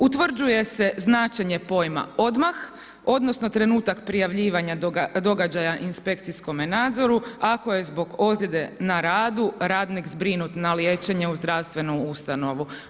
Utvrđuje se značenje pojma odmah, odnosno trenutak prijavljivanja događaja inspekcijskom nadzoru ako je zbog ozljede na radu radnik zbrinut na liječenje u zdravstvenu ustanovu.